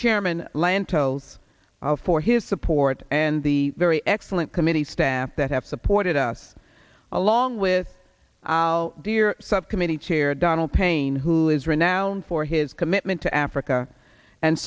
chairman lantos of for his support and the very excellent committee staff that have supported us along with i'll do your subcommittee chair donald payne who is renowned for his commitment to africa and